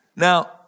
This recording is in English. Now